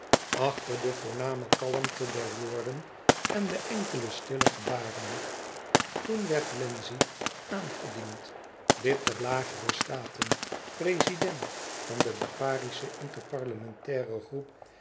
achter de voorname kalmte der woorden en de enkele stille gebaren toen werd wlenzci aangediend lid der lagere staten prezident van de liparische interparlementaire groep